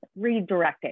redirecting